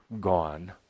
gone